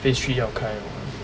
phase three 要开了 [what]